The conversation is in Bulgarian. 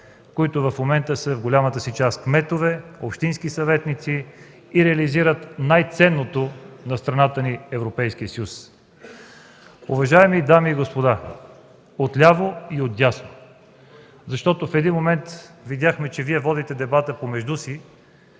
които в момента в голямата си част са кметове, общински съветници и реализират най-ценното на страната ни – Европейския съюз. Уважаеми дами и господа от ляво и от дясно, защото в един момент видяхме, че Вие водите дебата помежду си